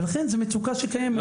לכן זו מצוקה שקיימת.